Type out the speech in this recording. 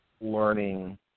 learning